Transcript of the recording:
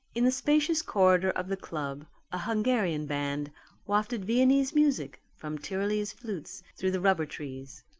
in the spacious corridor of the club a hungarian band wafted viennese music from tyrolese flutes through the rubber trees.